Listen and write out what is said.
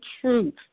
truth